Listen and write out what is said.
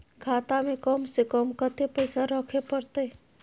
खाता में कम से कम कत्ते पैसा रखे परतै?